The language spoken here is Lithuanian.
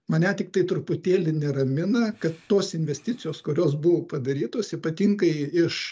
mane tiktai truputėlį neramina kad tos investicijos kurios buvo padarytos ypatingai iš